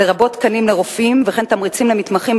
לרבות תקנים לרופאים וכן תמריצים למתמחים,